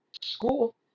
School